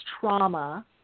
trauma